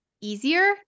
easier